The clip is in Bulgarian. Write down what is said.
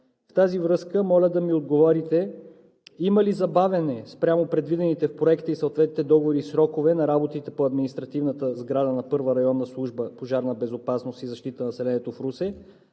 В тази връзка моля да ми отговорите: има ли забавяне спрямо предвидените в Проекта и съответните договори срокове на работите по административната сграда на Първа районна служба „Пожарна безопасност и защита на населението“ в Русе,